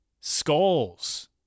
skulls